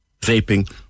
vaping